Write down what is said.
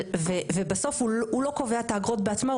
והוא לא קובע את האגרות בעצמו,